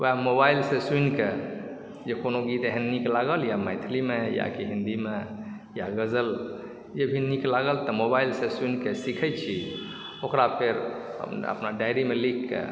वएह मोबाइलसँ सुनि कए जे कोनो गीत एहन गीत निक लागल मैथिलीमे या कि हिन्दीमे या ग़ज़ल जे भी निक लागल तऽ मोबाइलसँ सुनि कए सीखय छी ओकरा फेर अपना डायरीमे लिखि कए